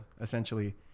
essentially